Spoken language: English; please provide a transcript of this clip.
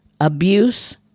Abuse